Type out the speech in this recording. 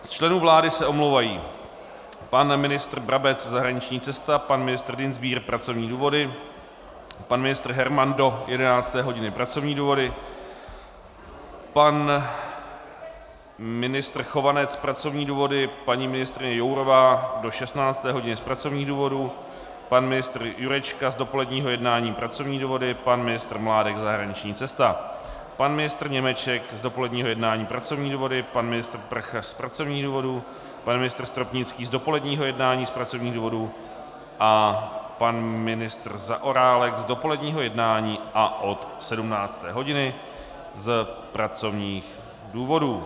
Z členů vlády se omlouvají: pan ministr Brabec zahraniční cesta, pan ministr Dienstbier pracovní důvody, pan ministr Herman do 11. hodiny pracovní důvody, pan ministr Chovanec pracovní důvody, paní ministryně Jourová do 16. hodiny z pracovních důvodů, pan ministr Jurečka z dopoledního jednání pracovní důvody, pan ministr Mládek zahraniční cesta, pan ministr Němeček z dopoledního jednání pracovní důvody, pan ministr Prachař z pracovních důvodů, pan ministr Stropnický z dopoledního jednání z pracovních důvodů a pan ministr Zaorálek z dopoledního jednání a od 17. hodiny z pracovních důvodů.